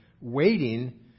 Waiting